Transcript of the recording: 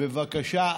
בבקשה,